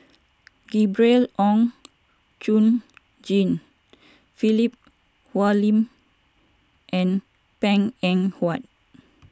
Gabriel Oon Chong Jin Philip Hoalim and Png Eng Huat